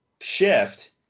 shift